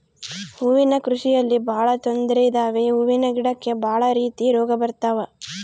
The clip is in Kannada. ಹೂವಿನ ಕೃಷಿಯಲ್ಲಿ ಬಹಳ ತೊಂದ್ರೆ ಇದಾವೆ ಹೂವಿನ ಗಿಡಕ್ಕೆ ಭಾಳ ರೀತಿ ರೋಗ ಬರತವ